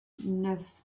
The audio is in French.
neuf